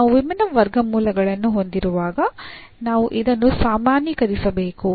ನಾವು ವಿಭಿನ್ನ ವರ್ಗಮೂಲಗಳನ್ನು ಹೊಂದಿರುವಾಗ ನಾವು ಇದನ್ನು ಸಾಮಾನ್ಯೀಕರಿಸಬಹುದು